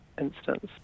instance